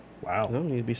Wow